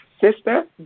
Sister